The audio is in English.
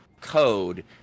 code